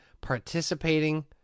participating